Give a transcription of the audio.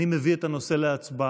אני מביא את הנושא להצבעה,